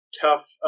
Tough